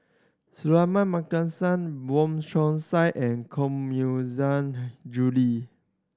Suratman Markasan Wong Chong Sai and Koh Mui Julie